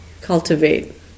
cultivate